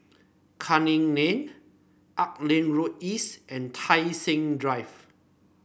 Canning Lane Auckland Road East and Tai Seng Drive